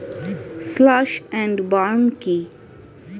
Slash and burn কি?